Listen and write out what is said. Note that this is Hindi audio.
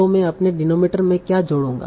तों मैं अपने डिनोमिनेटर में क्या जोड़ूंगा